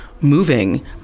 moving